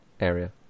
area